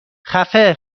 خفه